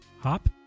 Hop